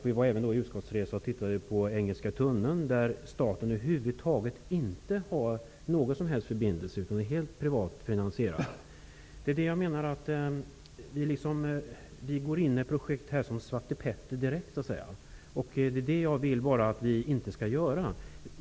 Vi var även på en utskottsresa och såg på den engelska tunneln, som är helt och hållet privatfinansierad och där ingen förbindelse med staten finns. Vi går som så att säga ett slags Svarte Petter direkt in i projektet. Det vill jag inte att vi skall göra.